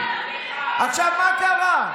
עכשיו, מה קרה?